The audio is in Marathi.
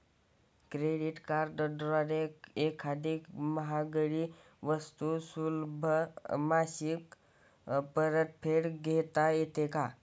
क्रेडिट कार्डद्वारे एखादी महागडी वस्तू सुलभ मासिक परतफेडने घेता येते का?